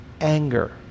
anger